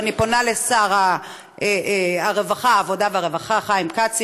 ואני פונה לשר העבודה והרווחה חיים כץ,